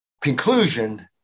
conclusion